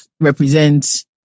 represent